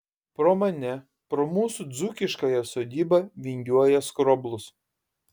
pro mane pro mūsų dzūkiškąją sodybą vingiuoja skroblus